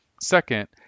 Second